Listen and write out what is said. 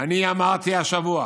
אני אמרתי השבוע